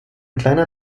kleiner